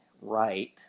right